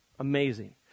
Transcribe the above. Amazing